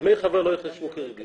דמי החבר לא ייחשבו כריבית.